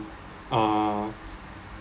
uh